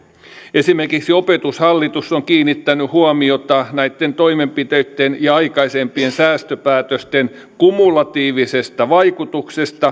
esimerkiksi opetushallitus on kiinnittänyt huomiota näitten toimenpiteitten ja aikaisempien säästöpäätösten kumulatiiviseen vaikutukseen